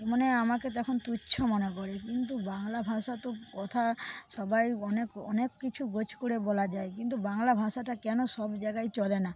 মানে আমাকে তখন তুচ্ছ মনে করে কিন্তু বাংলা ভাষা তো কথা সবাই অনেক অনেক কিছু গোছ করে বলা যায় কিন্তু বাংলা ভাষাটা কেন সব জায়গায় চলে না